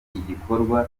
igikorwa